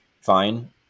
fine